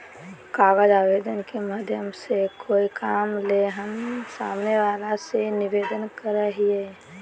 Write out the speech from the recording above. कागज आवेदन के माध्यम से कोय काम ले हम सामने वला से निवेदन करय हियय